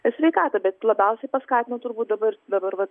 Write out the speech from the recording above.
sveikatą bet labiausiai paskatino turbūt dabar dabar vat